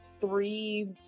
three